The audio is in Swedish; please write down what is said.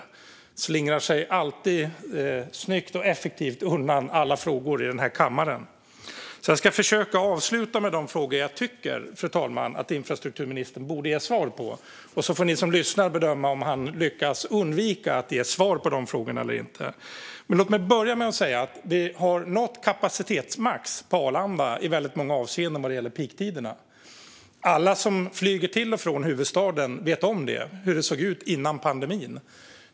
Han slingrar sig alltid snyggt och effektivt undan alla frågor i kammaren. Så jag ska försöka avsluta med de frågor jag tycker att infrastrukturministern borde ge svar på. Sedan får ni som lyssnar bedöma om han lyckas undvika att ge svar på frågorna eller inte. Vi har nått kapacitetsmax på Arlanda i många avseenden vad gäller peaktiderna. Alla som flyger till och från huvudstaden vet om hur det såg ut innan pandemin.